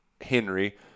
henry